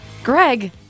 Greg